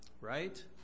right